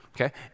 okay